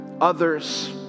others